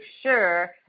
sure